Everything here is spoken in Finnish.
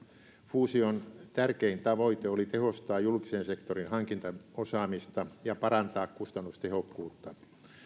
fuusion tärkein tavoite oli tehostaa julkisen sektorin hankintaosaamista ja parantaa kustannustehokkuutta